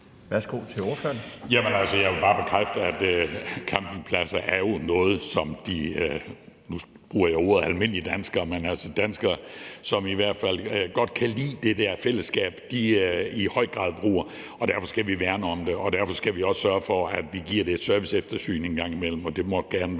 Værsgo til ordføreren.